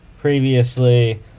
previously